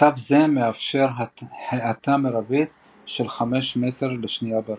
מצב זה מאפשר האטה מרבית של 5 מ' לשניה^2.